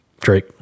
Drake